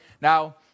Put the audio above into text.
now